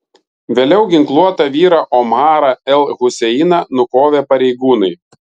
vėliau ginkluotą vyrą omarą el huseiną nukovė pareigūnai